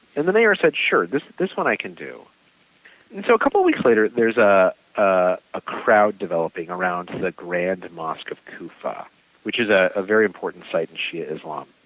and the mayor said, sure, this this one i can do and so a couple of weeks later, there is ah ah a crowd developing around the grand mosque of kufa which is ah a very important site of and shia islam.